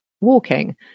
walking